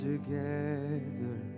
together